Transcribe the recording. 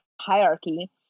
hierarchy